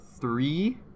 Three